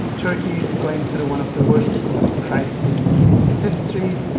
turkey is going through one of the worst economic crises in its history